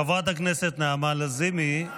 חברת הכנסת נעמה לזימי.